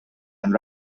and